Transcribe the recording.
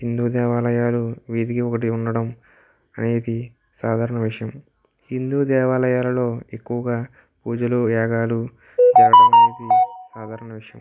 హిందూ దేవాలయాలు వీధికి ఒకటి ఉండడం అనేది సాధారణ విషయం హిందూ దేవాలయాలలో ఎక్కువగా పూజలు యాగాలు సాధారణ విషయం